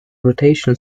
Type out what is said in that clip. rotation